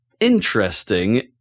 interesting